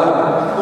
בתמורה למה זה היה?